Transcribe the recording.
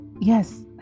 yes